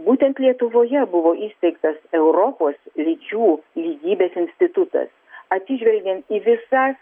būtent lietuvoje buvo įsteigtas europos lyčių lygybės institutas atsižvelgiant į visą